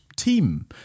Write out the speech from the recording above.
team